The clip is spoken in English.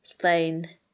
fine